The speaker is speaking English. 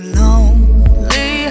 lonely